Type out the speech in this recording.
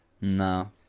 No